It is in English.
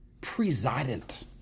president